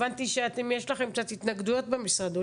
הבנתי שיש לכם קצת התנגדויות במשרד.